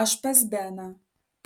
aš pas beną